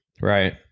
right